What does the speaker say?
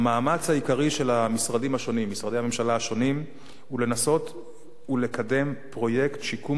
המאמץ העיקרי של משרדי הממשלה השונים הוא לנסות ולקדם פרויקט שיקום